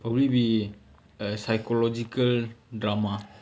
probably be a psychological drama